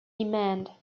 demand